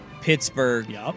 Pittsburgh